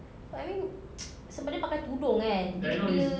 but I mean sebelum dia pakai tudung kan bila bila